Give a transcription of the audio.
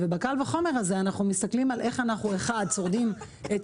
ובקל וחומר הזה אנחנו מסתכלים איך אנחנו שורדים את